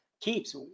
keeps